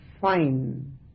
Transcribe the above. fine